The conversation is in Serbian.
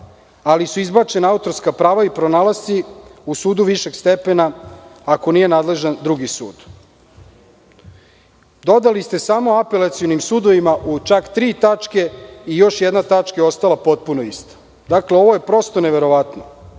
ali su izbačena autorska prava i pronalasci u sudu višeg stepena ako nije nadležan drugi sud, dodali ste samo - apelacionim sudovima u čak tri tačke i još jedna tačka je ostala potpuno ista. Dakle, ovo je prosto neverovatno